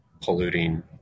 polluting